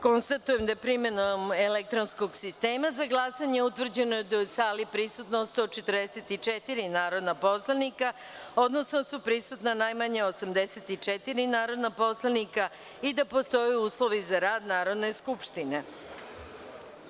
Konstatujem da je, primenom elektronskog sistema za glasanje, utvrđeno da je u sali prisutno 144 narodna poslanika, odnosno da su prisutna najmanje 84 narodna poslanika i da postoje uslovi za rad Narodne skupštine.